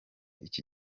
iki